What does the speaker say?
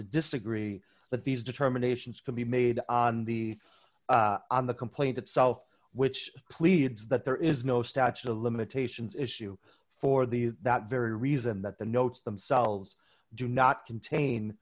to disagree that these determinations can be made on the on the complaint itself which pleads that there is no statute of limitations issue for the that very reason that the notes themselves do not contain